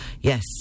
Yes